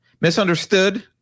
Misunderstood